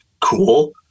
cool